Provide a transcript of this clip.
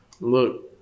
Look